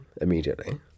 immediately